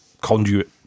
conduit